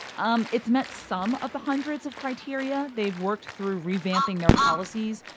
um it's met some of the hundreds of criteria. they've worked through revamping their policies.